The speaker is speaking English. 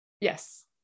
Yes